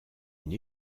une